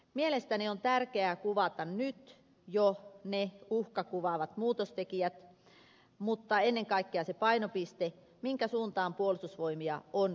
mielestäni on tärkeää kuvata nyt jo ne uhkakuvaavat muutostekijät mutta ennen kaikkea se painopiste minkä suuntaan puolustusvoimia on kehitettävä